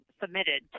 submitted